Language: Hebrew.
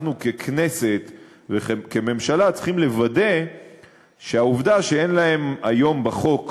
אנחנו ככנסת וכממשלה צריכים לוודא שהעובדה שאין להם היום בחוק